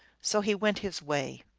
so he went his way.